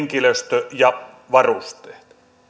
henkilöstö ja varusteet